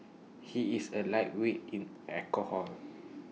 he is A lightweight in alcohol